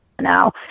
now